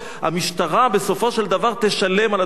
המשטרה בסופו של דבר תשלם על הדבר הזה.